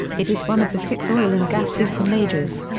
it is one of the six oil and gas supermajors.